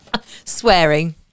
swearing